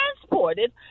transported